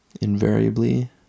invariably